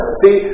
see